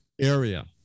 area